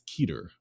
Keter